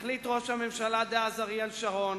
החליט ראש הממשלה דאז אריאל שרון